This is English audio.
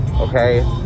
okay